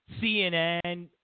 CNN